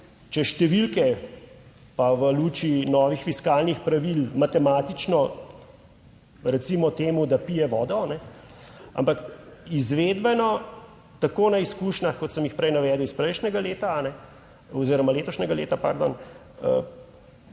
čez številke pa v luči novih fiskalnih pravil matematično, recimo temu, da pije vodo, ampak izvedbeno tako na izkušnjah, kot sem jih prej navedel, iz prejšnjega leta oziroma letošnjega leta,